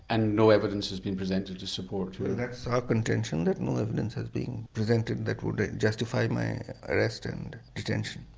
and no evidence has been presented to support you? that's our contention that no evidence has been presented that would justify my arrest and detention.